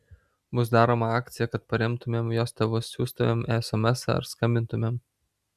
bus daroma akcija kad paremtumėm jos tėvus siųstumėm esemesą ar skambintumėm